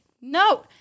No